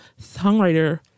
songwriter